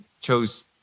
chose